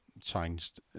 changed